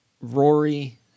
Rory